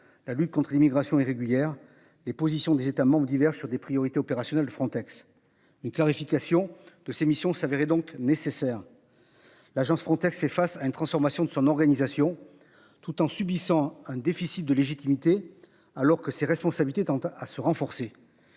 La lutte contre l'immigration irrégulière. Les positions des États membres diverses sur des priorités opérationnel de Frontex. Une clarification de ces missions s'avérait donc nécessaire. L'agence Frontex fait face à une transformation de son organisation, tout en subissant un déficit de légitimité. Alors que ses responsabilités tente à se renforcer.